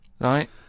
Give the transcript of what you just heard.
Right